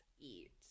eat